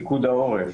פיקוד העורף